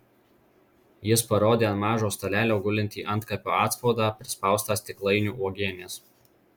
jis parodė ant mažo stalelio gulintį antkapio atspaudą prispaustą stiklainiu uogienės